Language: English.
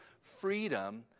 freedom